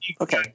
Okay